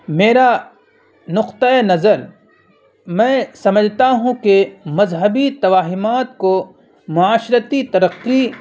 میرا نقطہ نظر میں سمجھتا ہوں کہ مذہبی توہمات کو معاشرتی ترقی